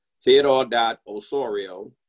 Theodore.osorio